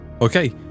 Okay